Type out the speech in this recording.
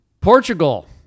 Portugal